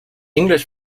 english